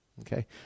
okay